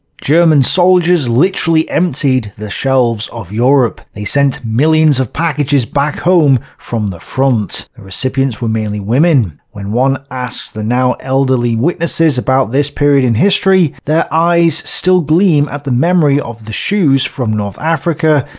german soldiers literally emptied the shelves of europe. they sent millions of packages back home from the front. the recipients were mainly women. when one asks the now elderly witnesses about this period in history, their eyes still gleam at the memory of the shoes from north africa,